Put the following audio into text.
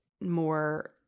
more